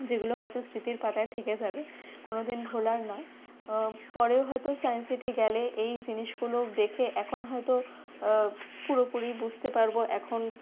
যেগুলো হয়তো স্মৃতির পাতায় থেকে যাবে কোনো দিন ভোলার নয় পরেও হয়তো সায়েন্স সিটি গেলে এই জিনিসগুলো দেখে এখন হয়তো পুরোপুরি বুঝতে পারব এখন